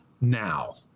now